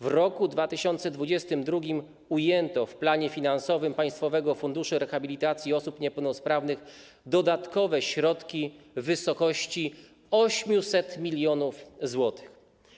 W roku 2022 ujęto w planie finansowym Państwowego Funduszu Rehabilitacji Osób Niepełnosprawnych dodatkowe środki w wysokości 800 mln zł.